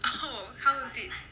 oh how was it